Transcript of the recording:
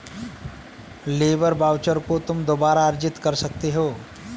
labour voucher को तुम दोबारा अर्जित कर सकते हो